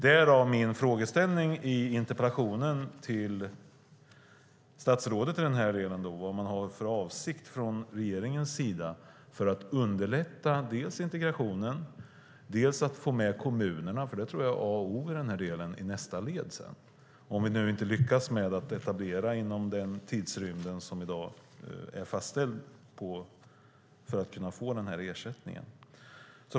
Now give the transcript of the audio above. Därav min frågeställning i interpellationen till statsrådet i den här delen: Vad har man för avsikt från regeringens sida för att underlätta dels integrationen, dels att få med kommunerna? Det tror jag är A och O i nästa led, om vi nu inte lyckas etablera inom den tidsrymd som i dag är fastställd för att vi ska kunna få den här ersättningen.